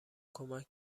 کمک